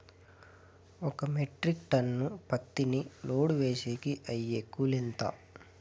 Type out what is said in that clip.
ఒక metric ton పత్తిని load వేసేకి అయ్యే కూలి ఎంత?